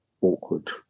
awkward